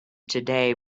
today